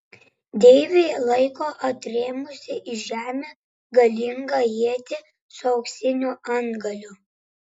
deivė laiko atrėmusi į žemę galingą ietį su auksiniu antgaliu